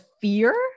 fear